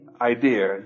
idea